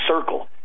circle